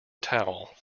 towel